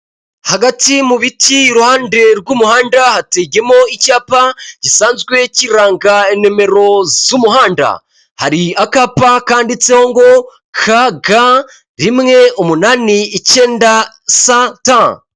Hagati mu biti iruhande rw'umuhanda hateyemo icyapa gisanzwe kiranga numero z'umuhanda hari akapa kanditseho ngo kaga rimwe umunani icyenda sata.